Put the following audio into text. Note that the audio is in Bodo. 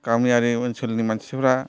गामियारि ओनसोलनि मानसिफ्रा